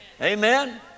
Amen